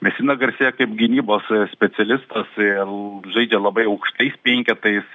mesina garsėja kaip gynybos specialistas ir žaidžia labai aukštais penketais